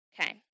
Okay